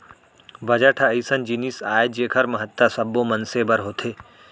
budget ह अइसन जिनिस आय जेखर महत्ता सब्बो मनसे बर होथे